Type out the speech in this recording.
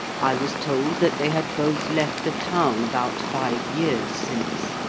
i was told that they had both left the town about five years since.